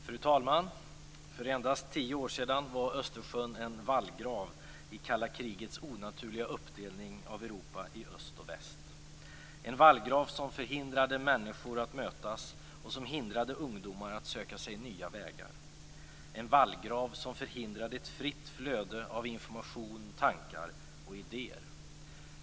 Fru talman! För endast tio år sedan var Östersjön en vallgrav i kalla krigets onaturliga uppdelning av Europa i öst och väst. Det var en vallgrav som förhindrade människor att mötas och som hindrade ungdomar att söka sig nya vägar. Det var en vallgrav som förhindrade ett fritt flöde av information, tankar och idéer.